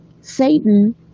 Satan